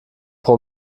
pro